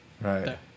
Right